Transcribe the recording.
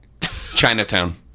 Chinatown